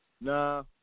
nah